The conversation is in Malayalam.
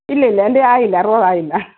ഇല്ലില്ല എന്റ ആയില്ല അറുപത് ആയില്ല